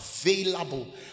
available